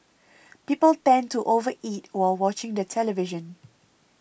people tend to over eat while watching the television